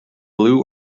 blue